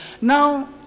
Now